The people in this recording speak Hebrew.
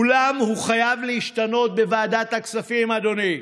אולם הוא חייב להשתנות בוועדת הכספים, אדוני.